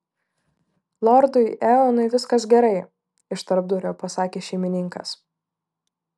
lordui eonui viskas gerai iš tarpdurio pasakė šeimininkas